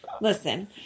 Listen